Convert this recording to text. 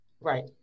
Right